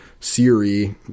siri